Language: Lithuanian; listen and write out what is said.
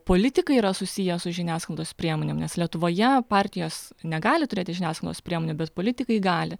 politikai yra susiję su žiniasklaidos priemonėm nes lietuvoje partijos negali turėti žiniasklaidos priemonių bet politikai gali